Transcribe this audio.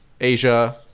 Asia